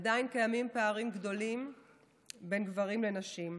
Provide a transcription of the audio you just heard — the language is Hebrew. עדיין קיימים פערים בין גברים לנשים.